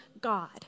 God